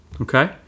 Okay